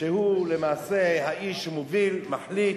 שהוא למעשה האיש שמוביל, מחליט.